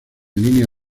línea